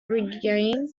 regain